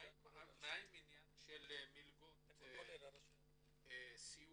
מה עם עניין של מלגות סיוע